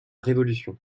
révolution